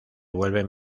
vuelven